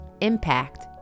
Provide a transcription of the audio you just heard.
impact